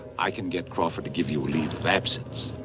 i can get crawford to give you a leave of absence.